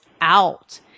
out